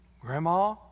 Grandma